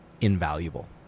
invaluable